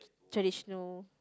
traditional